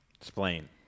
Explain